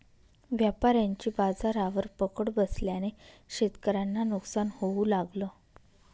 व्यापाऱ्यांची बाजारावर पकड बसल्याने शेतकऱ्यांना नुकसान होऊ लागलं